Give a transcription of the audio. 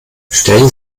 stellen